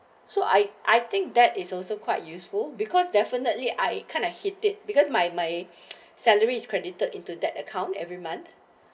so I I think that is also quite useful because definitely I kind of hate it because my my salary is credited into that account every month